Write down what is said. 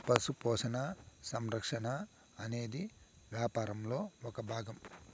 పశు పోషణ, సంరక్షణ అనేది వ్యవసాయంలో ఒక భాగం